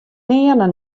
nearne